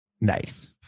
Nice